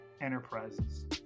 enterprises